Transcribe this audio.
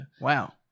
Wow